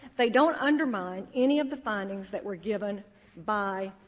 they don't undermine any of the findings that were given by